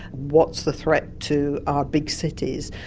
what's the threat to our big cities.